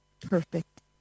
perfect